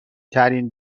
ترین